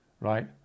right